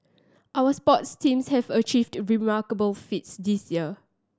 our sports teams have achieved remarkable feats this year